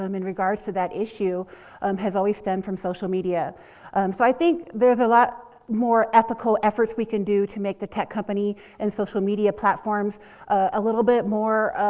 um in regards to that issue um has always stemmed from social media. so i think there's a lot more ethical efforts we can do to make the tech company and social media platforms a little bit more